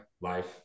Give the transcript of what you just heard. life